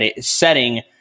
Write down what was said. setting